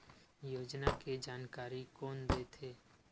योजना के जानकारी कोन दे थे?